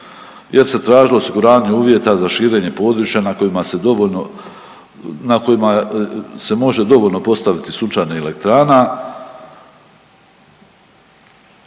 jer se tražilo osiguranje uvjeta za širenje područja na kojima se dovoljno, na kojima se može dovoljno postaviti sunčanih elektrana